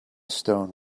stone